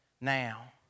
now